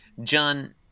John